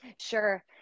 Sure